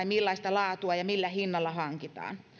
millaista laatua ja millä hinnalla hankitaan